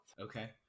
Okay